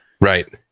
Right